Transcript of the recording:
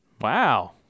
Wow